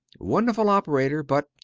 wonderful operator but,